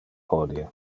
hodie